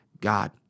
God